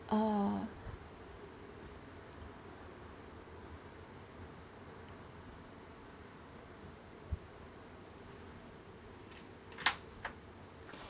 oh